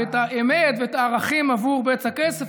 את האמת ואת הערכים עבור בצע כסף.